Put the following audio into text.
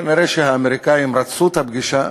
כנראה האמריקנים רצו את הפגישה,